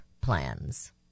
plans